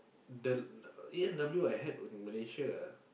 the A-and-W I had in Malaysia ah